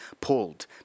pulled